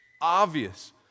obvious